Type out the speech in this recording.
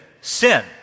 sin